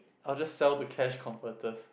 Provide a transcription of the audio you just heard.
I'll just sell to Cash Converters